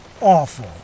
awful